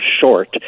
short